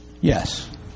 Yes